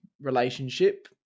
relationship